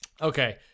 Okay